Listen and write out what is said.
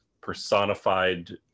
personified